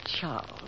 Charles